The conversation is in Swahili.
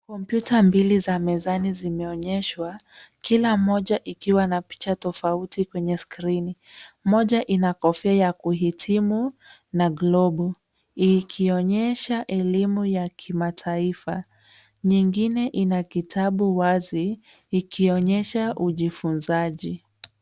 Kompyuta mbili za mezani zimeonyeshwa kila moja ikiwa na picha tofauti kwenye skrini. Moja ina kofia ya kuhitimu na globu ikionyesha elimu ya kimataifa. nyingine ina kitabu wazi ikionyesha ujifunzaji.